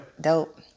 dope